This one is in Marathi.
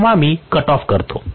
जेव्हा मी कट ऑफ करतो